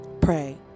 Pray